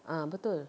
ah betul